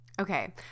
Okay